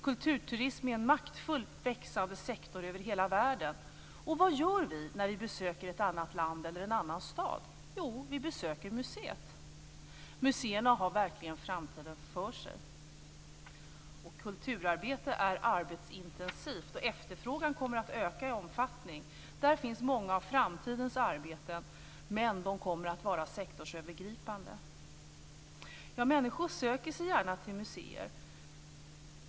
Kulturturism är en maktfullt växande sektor över hela världen. Och vad gör vi när vi besöker ett annat land eller en annan stad? Jo, vi besöker museet. Museerna har verkligen framtiden för sig. Kulturarbete är arbetsintensivt, och efterfrågan kommer att öka i omfattning. Där finns många av framtidens arbeten, men de kommer att vara sektorsövergripande. Människor söker sig gärna till museer.